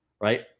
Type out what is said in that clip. right